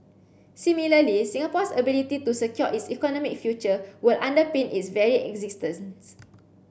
similarly Singapore's ability to secure its economic future will underpin its very existence